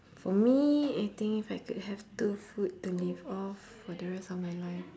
for me eating if I could have two food to live off for the rest of my life